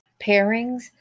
pairings